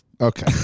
okay